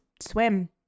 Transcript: swim